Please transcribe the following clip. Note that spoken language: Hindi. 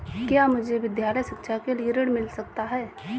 क्या मुझे विद्यालय शिक्षा के लिए ऋण मिल सकता है?